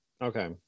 Okay